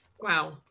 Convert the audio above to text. Wow